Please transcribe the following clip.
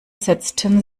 setzten